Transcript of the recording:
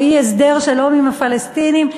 או אי-הסדר שלום עם הפלסטינים,